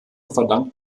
verdankt